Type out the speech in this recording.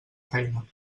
feina